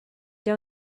they